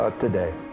today